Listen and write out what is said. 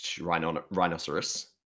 rhinoceros